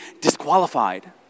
disqualified